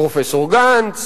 פרופסור גנץ